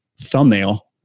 thumbnail